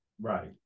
right